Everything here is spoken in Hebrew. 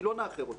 כי לא נאחר אותה,